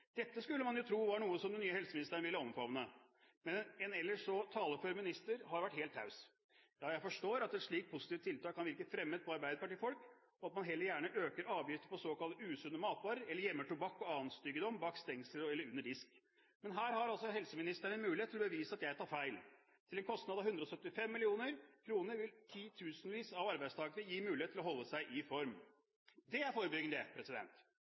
Dette skulle man tro at var noe som den nye helseministeren ville omfavne, men en ellers så talefør minister har vært helt taus. Ja, jeg forstår at et slikt positivt tiltak kan virke fremmed på arbeiderpartifolk, og at man heller gjerne øker avgifter på såkalte usunne matvarer, eller gjemmer tobakk og annen styggedom bak stengsel eller under disk. Men her har altså helseministeren en mulighet til å bevise at jeg tar feil – til en kostnad på 175 mill. kr vil titusenvis av arbeidstakere gis mulighet til å holde seg i form. Det er forebyggende,